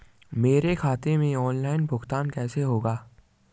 मेरे खाते में ऑनलाइन भुगतान कैसे होगा?